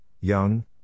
young